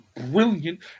brilliant